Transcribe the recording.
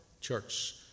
church